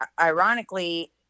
ironically